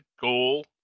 goal